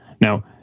Now